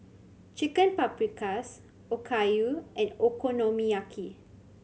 Chicken Paprikas Okayu and Okonomiyaki